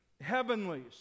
heavenlies